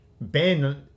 Ben